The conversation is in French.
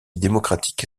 démocratique